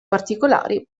particolari